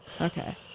Okay